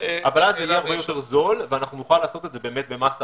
האם אתם בקופת חולים כללית --- אני חושבת שאתה לא מבין מה אני אומרת,